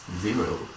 Zero